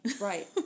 Right